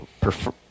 prefer